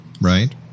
Right